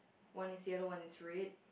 one is yellow one is red